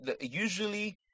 usually